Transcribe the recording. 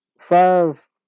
Five